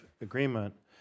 agreement